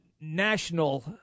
national